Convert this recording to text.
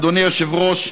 אדוני היושב-ראש,